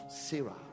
Sarah